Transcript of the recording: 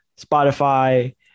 Spotify